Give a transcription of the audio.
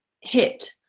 hit